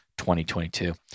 2022